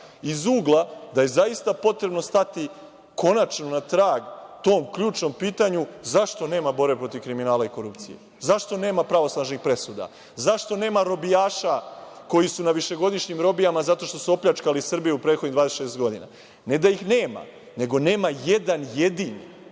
iz ugla da je zaista potrebno stati konačno na trag tom ključnom pitanju zašto nema borbe protiv kriminala i korupcije, zašto nema pravosnažnih presuda, zašto nema robijaša koji su na višegodišnjim robijama zato što su opljačkali Srbiju u prethodnih 26 godina. Ne da ih nema, nego nema jedan jedini.